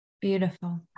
Beautiful